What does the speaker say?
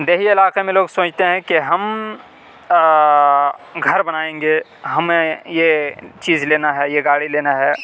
دیہی علاقے میں لوگ سوچتے ہیں کہ ہم گھر بنائیں گے ہمیں یہ چیز لینا ہے یہ گاڑی لینا ہے